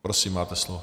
Prosím, máte slovo.